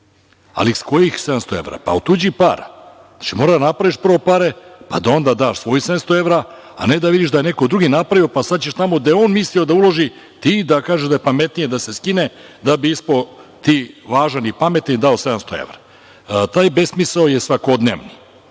Ali, iz kojih 700 evra? Pa, od tuđih para. Ti moraš da napraviš prvo pare, pa da onda daš svojih 700 evra, a ne da vidiš da je neko drugi napravio, pa ćeš sad tamo gde je on mislio da uloži, ti, da kažeš da je pametnije da se skine, da bi ispao ti važan i pametan i dao 700 evra. Taj besmisao je svakodnevni.